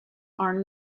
are